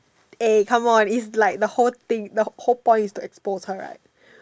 eh come on it's like the whole thing the whole point is to expose her right